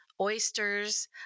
oysters